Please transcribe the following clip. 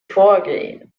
vorgehen